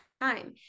time